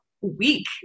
week